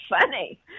funny